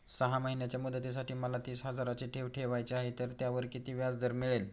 सहा महिन्यांच्या मुदतीसाठी मला तीस हजाराची ठेव ठेवायची आहे, तर त्यावर किती व्याजदर मिळेल?